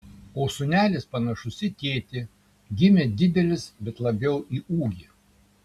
o sūnelis panašus į tėtį gimė didelis bet labiau į ūgį